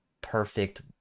perfect